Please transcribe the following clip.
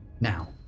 Now